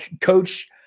Coach